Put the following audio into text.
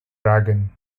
dragon